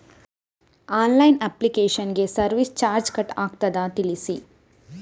Online application ಗೆ service charge cut ಆಗುತ್ತದೆಯಾ ತಿಳಿಸಿ?